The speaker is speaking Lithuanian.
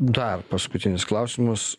dar paskutinis klausimas